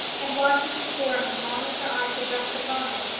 and watching his form as long as her eye could rest upon it.